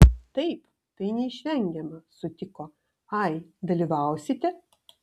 taip tai neišvengiama sutiko ai dalyvausite